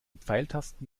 pfeiltasten